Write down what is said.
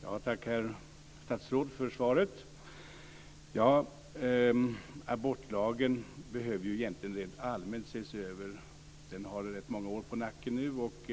Fru talman! Tack herr statsråd för svaret! Abortlagen behöver egentligen rent allmänt ses över. Den har rätt många år på nacken nu, och